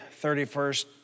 31st